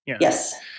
Yes